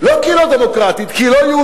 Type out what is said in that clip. לא כי היא לא דמוקרטית, כי היא לא יהודית.